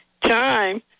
Time